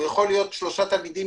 יכול להיות שלושה ילדים